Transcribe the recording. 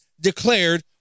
declared